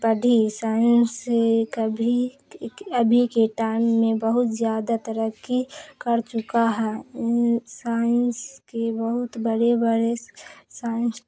پڑھی سائنس سے کبھی ابھی کے ٹائم میں بہت زیادہ ترقی کر چکا ہے سائنس کے بہت بڑے بڑے سائنس